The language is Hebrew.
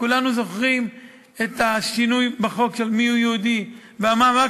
וכולנו זוכרים את השינוי בחוק של "מיהו יהודי" ואמר,